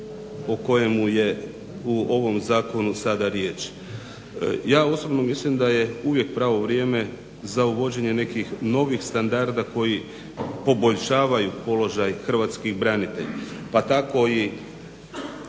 o kojemu je u ovom zakonu sada riječ. Ja osobno mislim da je uvijek pravo vrijeme za uvođenje nekih novih standarda koji poboljšavaju položaj hrvatskih branitelja pa tako i